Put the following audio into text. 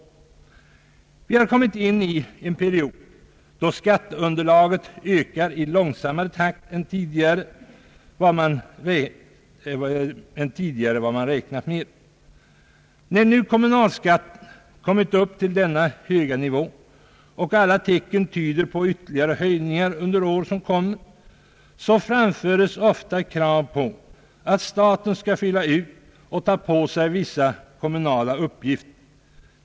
Vi har kommit in i en period då skatteunderlaget ökar i långsammare takt än vad man tidigare räknat med. När nu kommunalskatten kommit upp till denna höga nivå och alla tecken tyder på ytterligare höjningar under år som kommer framföres ofta krav på att staten skall ta på sig vissa kommunala uppgifter.